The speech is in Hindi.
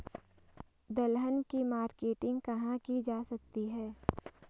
दलहन की मार्केटिंग कहाँ की जा सकती है?